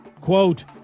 Quote